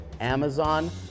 Amazon